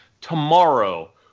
Tomorrow